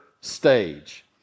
stage